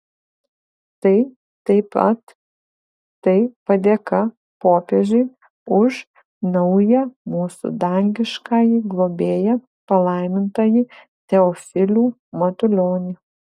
tai taip pat tai padėka popiežiui už naują mūsų dangiškąjį globėją palaimintąjį teofilių matulionį